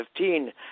2015